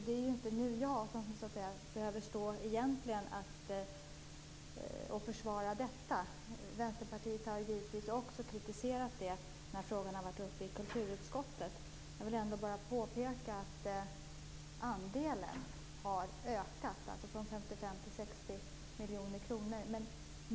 Det är inte jag som behöver försvara detta. Vänsterpartiet har kritiserat detta när frågan har varit uppe till diskussion i kulturutskottet. Jag vill ändå påpeka att andelen har ökat, från 55 till 60 miljoner kronor.